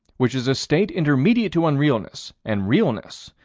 which is a state intermediate to unrealness and realness,